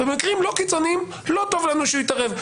ובמקרים לא קיצוניים לא טוב לנו שהוא יתערב.